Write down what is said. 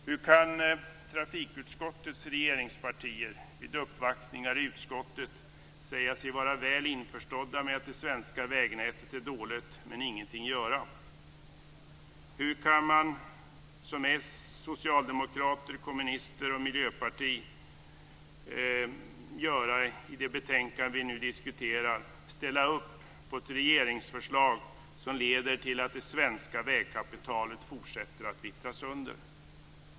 Hur kan trafikutskottets regeringspartier vid uppvaktningar i utskottet säga sig vara väl införstådda med att det svenska vägnätet är dåligt, men ingenting göra? Hur kan socialdemokrater, kommunister och miljöpartister, som man gör i det betänkande vi nu diskuterar, ställa upp på ett regeringsförslag som leder till att det svenska vägkapitalet fortsätter att vittra sönder?